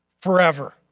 forever